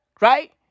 Right